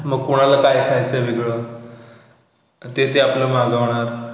मग कोणाला काय खायचं वेगळं ते ते आपलं मागवणार